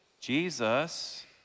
Jesus